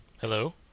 Hello